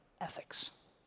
ethics